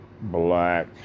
black